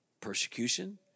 persecution